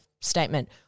statement